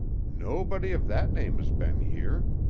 nobody of that name has been here.